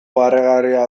barregarria